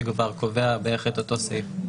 שכבר קובע בערך את אותו סעיף,